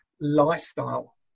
lifestyle